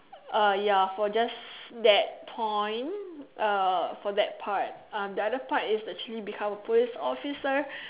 uh ya for just that point uh for that part uh the other part is actually to become a police officer